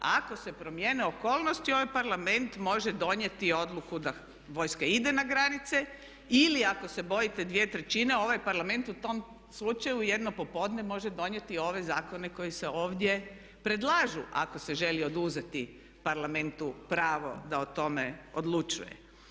Ako se promijene okolnosti ovaj Parlament može donijeti odluku da vojska ide na granice ili ako se bojite dvije trećine ovaj Parlament u tom slučaju jedno popodne može donijeti ove zakone koji se ovdje predlažu ako se želi oduzeti Parlamentu pravo da o tome odlučuje.